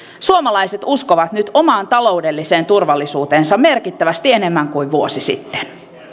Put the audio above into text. suomalaiset uskovat nyt omaan taloudelliseen turvallisuuteensa merkittävästi enemmän kuin vuosi sitten